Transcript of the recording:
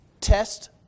Test